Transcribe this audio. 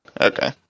Okay